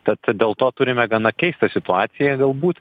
tad dėl to turime gana keistą situaciją galbūt